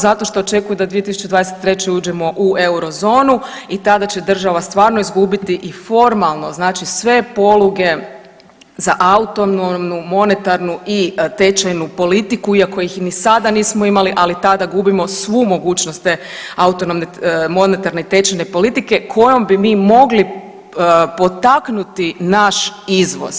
Zato što očekuju da 2023. uđemo u eurozonu i tada će država stvarno izgubiti i formalno znači sve poluge za autonomnu, monetarnu i tečajnu politiku iako ih ni sada nismo imali, ali tada gubimo svu mogućnost te autonomne, monetarne i tečajne politike kojom bi mi mogli potaknuti naš izvoz.